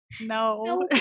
No